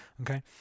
Okay